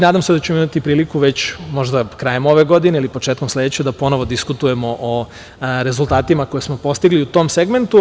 Nadam se da ćemo imati priliku možda već krajem ove godine ili početkom sledeće da ponovo diskutujemo o rezultatima koje smo postigli u tom segmentu.